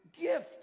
gift